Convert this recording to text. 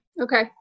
Okay